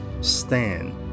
stand